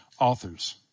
authors